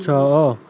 ଛଅ